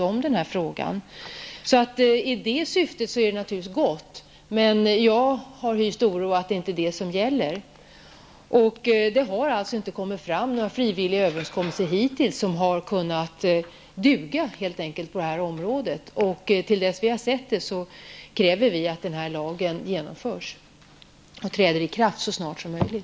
Jag har inte propositionen med mig, men jag har inget minne av att det framgår av den heller. Är det syftet är det naturligtvis gott, men jag hyser oro för att det inte är det som det är fråga om. Det har hittills inte träffats några frivilliga överenskommelser som har dugt på det här området. Tills vi har sett sådana kräver vi att lagen genomförs och att beslutet träder i kraft så snart som möjligt.